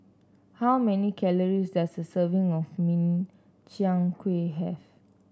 how many calories does a serving of Min Chiang Kueh have